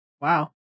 Wow